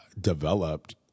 Developed